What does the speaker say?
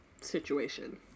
situation